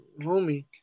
homie